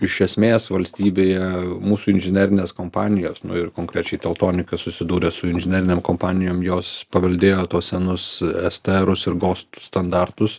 iš esmės valstybėje mūsų inžinerinės kompanijos nu ir konkrečiai teltonika susidūrė su inžinerinėm kompanijom jos paveldėjo tuos senus estėerus ir gostus standartus